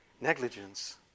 Negligence